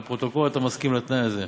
לפרוטוקול, אתה מסכים לתנאי הזה.